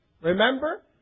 remember